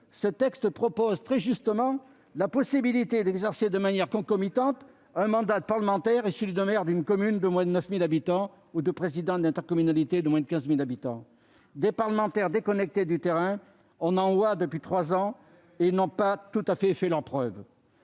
qui prévoyait très justement la possibilité d'exercer de manière concomitante un mandat de parlementaire et celui de maire d'une commune de moins de 9 000 habitants ou celui de président d'une intercommunalité de moins de 15 000 habitants. Des parlementaires déconnectés du terrain, on en voit depuis trois ans ! Ils n'ont pas véritablement fait leurs preuves